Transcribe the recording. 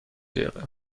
دقیقه